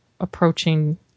approaching